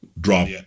drop